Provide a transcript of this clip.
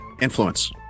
influence